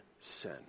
sin